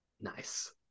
Nice